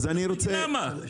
כי למה?